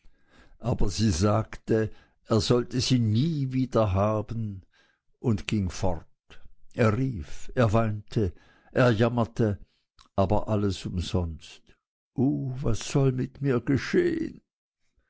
aber sie sagte er sollte sie nie wiederhaben und ging fort er rief er weinte er jammerte aber alles umsonst uu was soll mir geschehen